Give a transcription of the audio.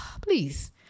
please